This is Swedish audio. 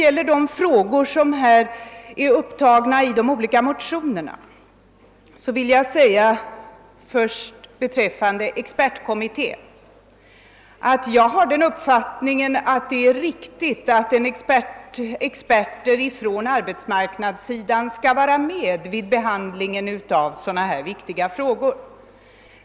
Beträffande frågor som upptagits i de olika motionerna vill jag först rörande expertkommittén framhålla, att jag har den uppfattningen att det är riktigt att experter på arbetsmarknadssidan deltar i behandlingen av sådana här viktiga spörsmål.